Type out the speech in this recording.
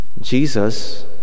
Jesus